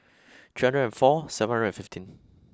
three hundred and four seven hundred and fifteen